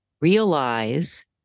realize